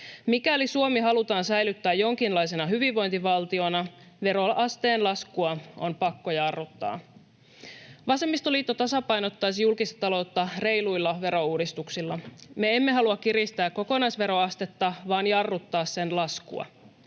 Mikäli Suomi halutaan säilyttää jonkinlaisena hyvinvointivaltiona, veroasteen laskua on pakko jarruttaa. Vasemmistoliitto tasapainottaisi julkista taloutta reiluilla verouudistuksilla. Me emme halua kiristää kokonaisveroastetta vaan jarruttaa sen laskua.